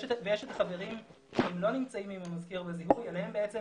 ויש את החברים שהם לא נמצאים עם המזכיר --- ועליהם בעצם